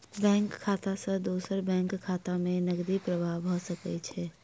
bank खाता सॅ दोसर बैंक खाता में नकदी प्रवाह भ सकै छै